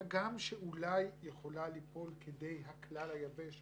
הגם שאולי יכולה לפעול כדי הכלל היבש,